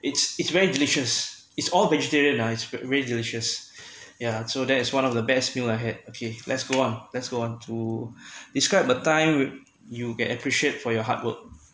it's it's very delicious it's all vegetarian ah it's very delicious yeah so that is one of the best meal I had okay let's go let's go on to describe a time wit~ you can appreciate for your hard work